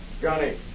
Johnny